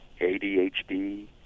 ADHD